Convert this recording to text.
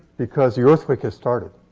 because the earthquake has started.